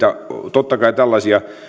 totta kai tällaisia